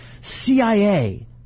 CIA